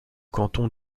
canton